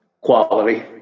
Quality